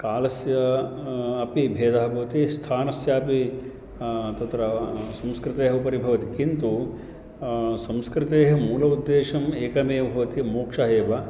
कालस्य अपि भेदः भवति स्थानस्यापि तत्र संस्कृतेः उपरि भवति किन्तु संस्कृतेः मूल उद्देशम् एकमेव भवति मोक्षः एव